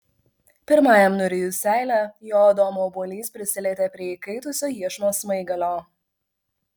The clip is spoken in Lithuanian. pirmajam nurijus seilę jo adomo obuolys prisilietė prie įkaitusio iešmo smaigalio